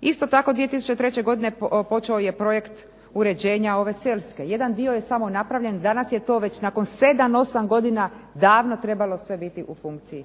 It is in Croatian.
Isto tako 2003. godine počeo je projekt uređenja ove Selske. Jedan dio je samo napravljen, danas je to već nakon sedam, osam godina davno trebalo sve biti u funkciji.